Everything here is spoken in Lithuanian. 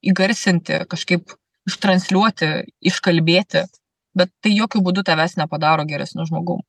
įgarsinti kažkaip ištransliuoti iškalbėti bet tai jokiu būdu tavęs nepadaro geresniu žmogum